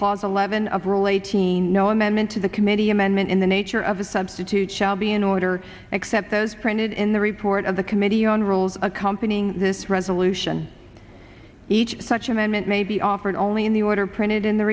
clause eleven of roll eighteen no amendment to the committee amendment in the nature of a substitute shall be in order cept those printed in the report of the committee on rules accompanying this resolution each such amendment may be offered only in the order printed in the